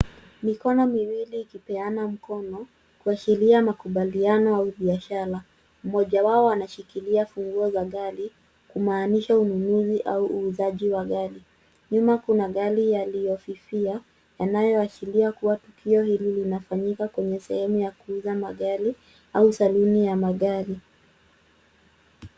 Mikono miwili, ikipeana mkono kuashiria makubaliano au biashara. Mmoja wao anashikilia funguo za gari, kumaanisha ununuzi au uuzaji wa gari. Nyuma kuna gari yaliyofifia kuashiria kuwa tukio hili linafanyika kwenye sehemu ya kuuza magari au saluni ya magari.